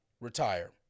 Retire